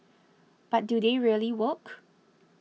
but do they really work